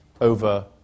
over